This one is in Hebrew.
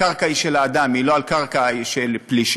הקרקע היא של האדם, היא לא קרקע של פלישה,